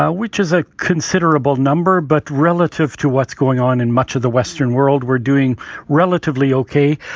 ah which is a considerable number. but relative to what's going on in much of the western world, we're doing relatively ok.